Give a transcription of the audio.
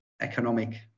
economic